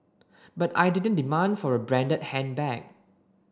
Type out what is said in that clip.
but I didn't demand for a branded handbag